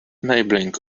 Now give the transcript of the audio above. enabling